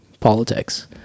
Politics